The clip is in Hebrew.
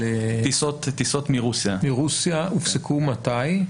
הטיסות מרוסיה הופסקו מתי?